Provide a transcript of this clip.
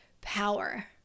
power